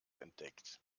entdeckt